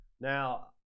Now